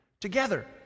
together